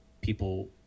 people